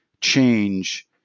change